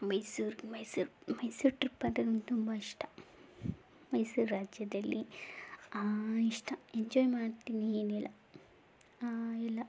Mysuru Mysuru Mysuru trip ಅಂತ ಅಂದ್ರೆ ನನ್ಗೆ ತುಂಬ ಇಷ್ಟ ಮೈಸೂರು ರಾಜ್ಯದಲ್ಲಿ ಇಷ್ಟ ಎಂಜಾಯ್ ಮಾಡ್ತೀನಿ ಏನೆಲ್ಲ ಎಲ್ಲ